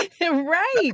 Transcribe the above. Right